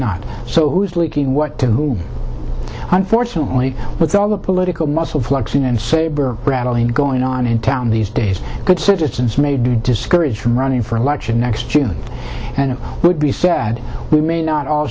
not so who is leaking what to whom unfortunately with all the political muscle flexing and saber rattling going on in town these days good citizens may be discouraged from running for election next june and it would be sad we may not all